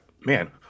man